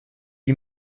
wie